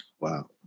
Wow